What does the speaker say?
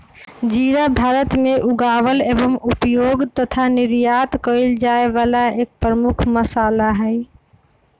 जीरा भारत में उगावल एवं उपयोग तथा निर्यात कइल जाये वाला एक प्रमुख मसाला हई